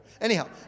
Anyhow